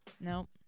Nope